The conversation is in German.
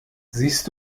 siehst